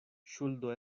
ŝuldo